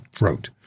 wrote